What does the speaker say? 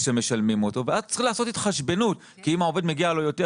שמשלמים אותו ואז צריך לעשות התחשבנות כי אם לעובד מגיע יותר,